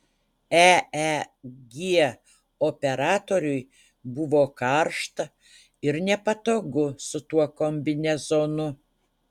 eeg operatoriui buvo karšta ir nepatogu su tuo kombinezonu